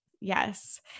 Yes